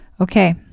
okay